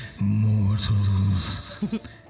mortals